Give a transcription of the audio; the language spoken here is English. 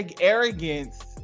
arrogance